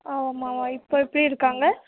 ஆமாம் இப்போ எப்படி இருக்காங்க